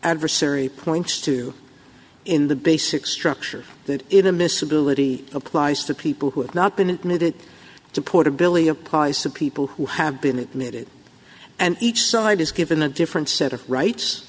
adversary pointed to in the basic structure that it amiss ability applies to people who have not been admitted to portability applies to people who have been admitted and each side is given a different set of rights